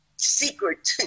secret